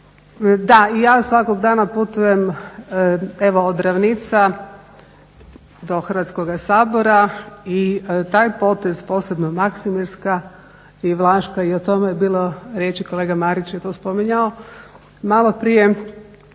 Da, ja svakog dana putujem evo od Ravnica do Hrvatskoga sabora i taj potez, posebno Maksimirska i Vlaška i o tome je bilo riječi kolega Marić je to spominjao maloprije,